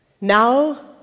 Now